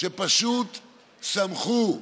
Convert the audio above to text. שפשוט שמחו,